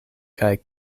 kaj